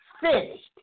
finished